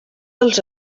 els